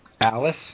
Alice